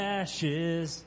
ashes